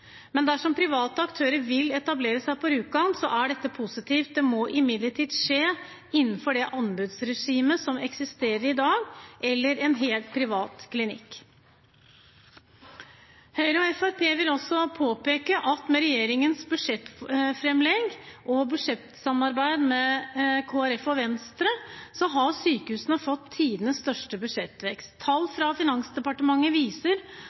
men dersom private aktører vil etablere seg på Rjukan, er det positivt. Det må imidlertid skje innenfor det anbudsregimet som eksisterer i dag, eller en helt privat klinikk. Høyre og Fremskrittspartiet vil også påpeke at med regjeringens budsjettframlegg og budsjettsamarbeid med Kristelig Folkeparti og Venstre har sykehusene fått tidenes største budsjettvekst. Tall fra Finansdepartementet viser